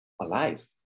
alive